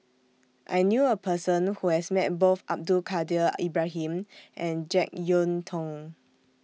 I knew A Person Who has Met Both Abdul Kadir Ibrahim and Jek Yeun Thong